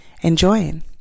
enjoying